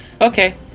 Okay